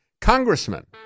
congressman